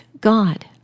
God